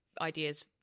ideas